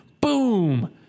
boom